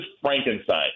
Frankenstein